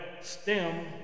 stem